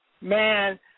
Man